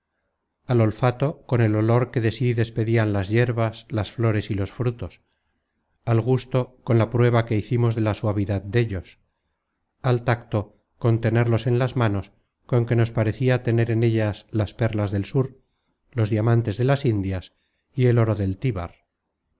al olfato con el olor que de sí despedian las yerbas las flores y los frutos al gusto con la prueba que hicimos de la suavidad dellos al tacto con tenerlos en las manos con que nos parecia tener en ellas las perlas del sur los diamantes de las indias y el oro del tíbar